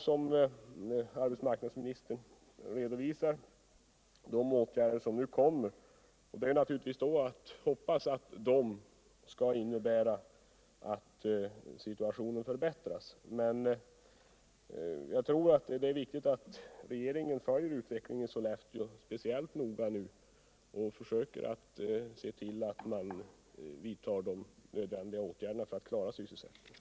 Det är naturligtvis att hoppas att de åtgärder som arbetsmarknadsministern redovisar i sitt svar skall innebära at situationen förbättras, men jag tror att det är viktigt att regeringen nu följer utvecklingen i Sollefteå speciellt noga och försöker vidta de nödvändiga åtgärderna för att klara sysselsättningen.